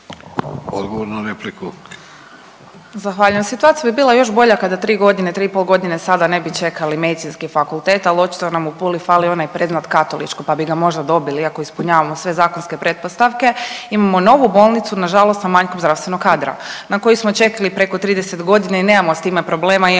Sanja (SDP)** Zahvaljujem. Situacija bi bila još bolja kada 3 godine, 3,5 godine sada ne bi čekali Medicinski fakultet, ali očito nam u Puli fali onaj …/Govornica se ne razumije./… katoličko pa bi ga možda dobili iako ispunjavamo sve zakonske pretpostavke. Imamo novu bolnicu, nažalost sa manjkom zdravstvenog kadra, na koju smo čekali preko 30 godina i nemamo s time problema